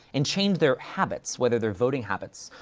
and change their habits, whether their voting habits,